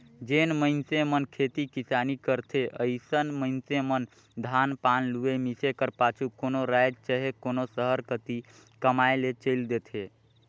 जेन मइनसे मन खेती किसानी करथे अइसन मइनसे मन धान पान लुए, मिसे कर पाछू कोनो राएज चहे कोनो सहर कती कमाए ले चइल देथे